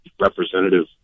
Representative